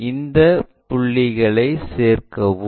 இந்த புள்ளிகளை சேர்க்கவும்